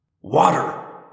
Water